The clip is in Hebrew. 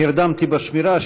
נרדמתי בשמירה,